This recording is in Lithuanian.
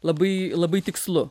labai labai tikslu